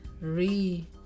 re